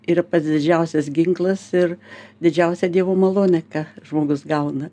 yra pats didžiausias ginklas ir didžiausia dievo malonė ką žmogus gauna